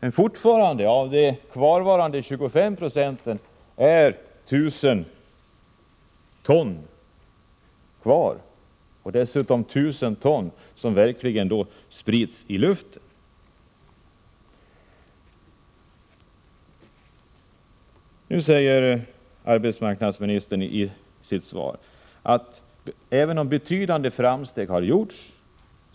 Men fortfarande är 25 20 kvar, och det är 1 000 ton som verkligen sprids i luften. Arbetsmarknadsministern säger nu i sitt svar, att även om betydande framsteg har gjorts